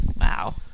Wow